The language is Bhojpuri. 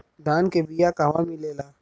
धान के बिया कहवा मिलेला?